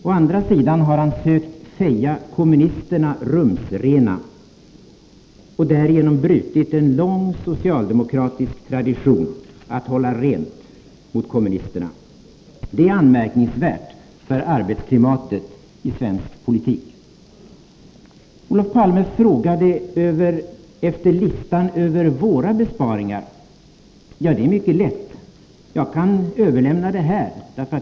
Å andra sidan har han sökt feja kommunisterna rumsrena och därigenom brutit en lång socialdemokratisk tradition att hålla rent mot kommunisterna. Det är anmärkningsvärt för arbetsklimatet i svensk politik. Olof Palme frågade efter listan över våra besparingar. Ja, det är mycket lätt att svara på den frågan. Jag kan överlämna denna lista.